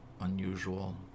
unusual